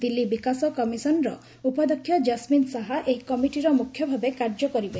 ଦିଲ୍ଲୀ ବିକାଶ କମିଶନ୍'ର ଉପାଧ୍ୟକ୍ଷ ଜସ୍କିନ୍ ସାହା ଏହି କମିଟିର ମୁଖ୍ୟ ଭାବେ କାର୍ଯ୍ୟ କରିବେ